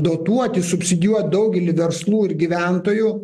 dotuoti subsidijuot daugelį verslų ir gyventojų